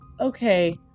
okay